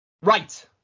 Right